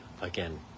again